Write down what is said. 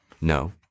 No